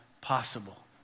possible